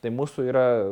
tai mūsų yra